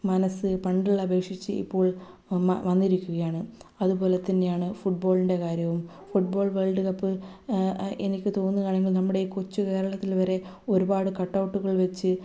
മനസ്സ് പണ്ടുള്ള അപേക്ഷിച്ച് ഇപ്പോൾ വന്നിരിക്കുകയാണ് അതുപോലെ തന്നെയാണ് ഫുട്ബോളിൻ്റെ കാര്യവും ഫുട്ബോൾ വേൾഡ് കപ്പ് എനിക്ക് തോന്നുകാണെങ്കിൽ നമ്മുടെ ഈ കൊച്ചു കേരളത്തിൽ വരെ ഒരുപാട് കട്ട്ഔട്ടുകൾ വച്ച്